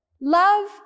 love